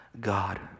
God